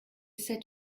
c’est